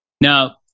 Now